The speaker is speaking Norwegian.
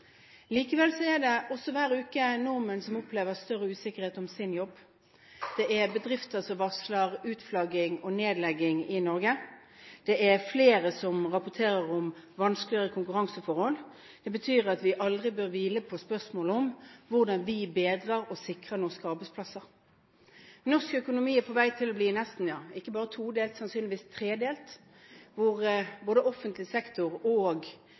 er det hver uke nordmenn som opplever usikkerhet om sin jobb. Det er bedrifter som varsler utflagging og nedlegging i Norge. Det er flere som rapporterer om vanskeligere konkurranseforhold. Det betyr at vi aldri bør hvile når det gjelder spørsmålet om hvordan vi bedrer og sikrer norske arbeidsplasser. Norsk økonomi er på vei til å bli ikke bare todelt, men sannsynligvis tredelt: Offentlig sektor og